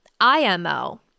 IMO